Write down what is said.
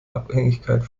abhängigkeit